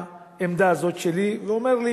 מהעמדה הזאת שלי ואומר לי,